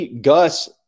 Gus